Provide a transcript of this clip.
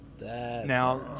Now